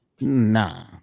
nah